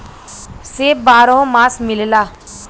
सेब बारहो मास मिलला